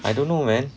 I don't know man